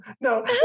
no